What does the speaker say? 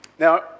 Now